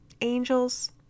Angels